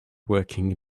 working